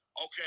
Okay